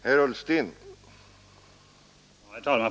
Herr talman!